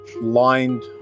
lined